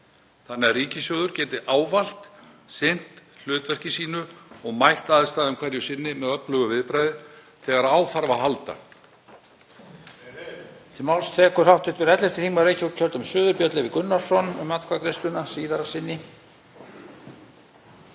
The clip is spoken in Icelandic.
þannig að ríkissjóður geti ávallt sinnt hlutverki sínu og mætt aðstæðum hverju sinni með öflugu viðbragði þegar á þarf að halda.